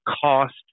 cost